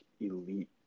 elite